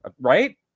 right